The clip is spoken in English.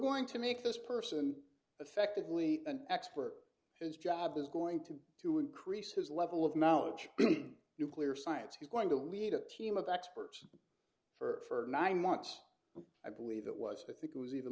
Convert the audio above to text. going to make this person effectively an expert whose job is going to be to increase his level of knowledge nuclear science he's going to lead a team of experts for nine months i believe it was i think it was e